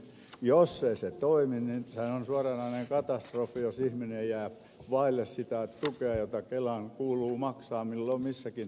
jos ei se toimi niin sehän on suoranainen katastrofi jos ihminen jää vaille sitä tukea jota kelan kuuluu maksaa milloin missäkin tarkoituksessa